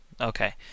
Okay